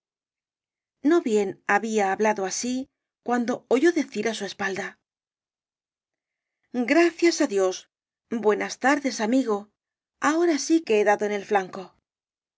no bien había hablado así cuando oyó decir á su espalda gracias á dios buenas tardes amigo ahora sí que he dado en el flanco